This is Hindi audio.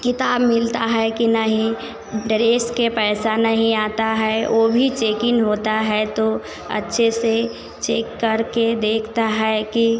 किताब मिलता है कि नहीं डरेस के पैसा नहीं आता है वो भी चेकइन होता है तो अच्छे से चेक करके देखता है कि